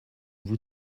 vous